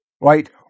Right